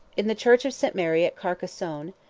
in the church of st. mary at carcassone,